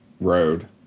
road